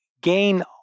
gain